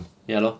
ya lor